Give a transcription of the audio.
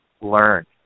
learn